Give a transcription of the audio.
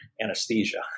anesthesia